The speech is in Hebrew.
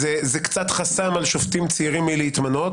אז זה קצת חסם על שופטים צעירים מלהתמנות,